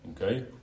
okay